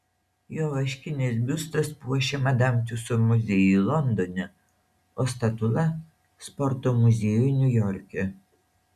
jo vaškinis biustas puošia madam tiuso muziejų londone o statula sporto muziejų niujorke